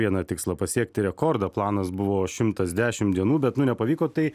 vieną tikslą pasiekti rekordą planas buvo šimtas dešimt dienų bet nu nepavyko tai